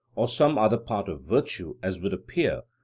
or some other part of virtue, as would appear,